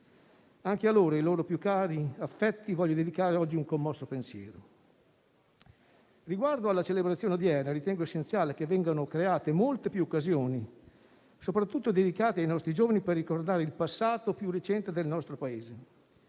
Anche ai loro più cari affetti voglio dedicare oggi un commosso pensiero. Riguardo alla celebrazione odierna ritengo essenziale che vengano create molte più occasioni, soprattutto dedicate ai nostri giovani, per ricordare il passato più recente del nostro Paese;